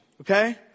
Okay